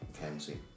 Kenzie